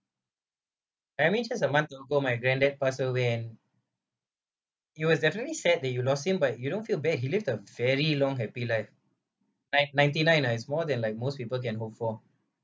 I mean just a month ago my granddad passed away and you will definitely say that you lost him but you don't feel bad he lived a very long happy life nine ninety nine ah is more than like most people can hope for